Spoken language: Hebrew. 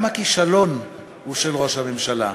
גם הכישלון הוא של ראש הממשלה.